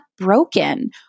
broken